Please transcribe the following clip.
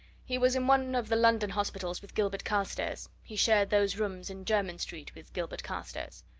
he was in one of the london hospitals with gilbert carstairs he shared those rooms in jermyn street with gilbert carstairs.